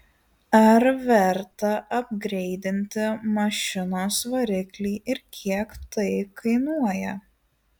ar verta apgreidinti mašinos variklį ir kiek tai kainuoja